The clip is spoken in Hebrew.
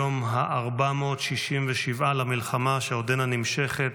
היום ה-467 למלחמה, שעודנה נמשכת,